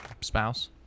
Spouse